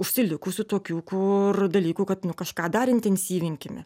užsilikusių tokių kur dalykų kad kažką dar intensyvinkime